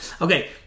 Okay